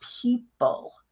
people